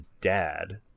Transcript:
dad